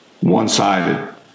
one-sided